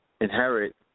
inherit